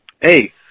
Hey